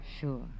Sure